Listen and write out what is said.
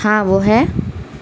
ہاں وہ ہے